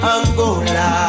Angola